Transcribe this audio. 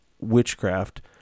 witchcraft